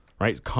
Right